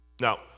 Now